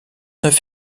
neuf